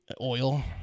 oil